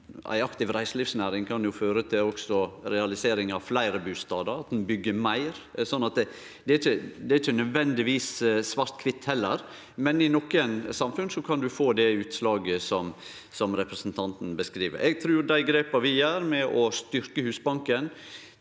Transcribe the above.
ei aktiv reiselivsnæring også kan føre til realisering av fleire bustader, at ein byggjer meir, så det er ikkje nødvendigvis svart-kvitt heller, men i nokre samfunn kan ein få det utslaget som representanten beskriv. Eg trur dei grepa vi tek med å styrkje Husbanken